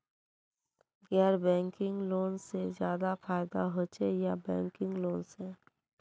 गैर banking loan से ज्यादा फायदा होचे या बैंकिंग लोन से?